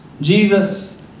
Jesus